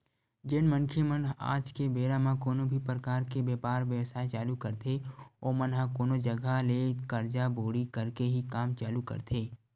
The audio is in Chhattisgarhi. जेन मनखे मन आज के बेरा म कोनो भी परकार के बेपार बेवसाय चालू करथे ओमन ह कोनो जघा ले करजा बोड़ी करके ही काम चालू करथे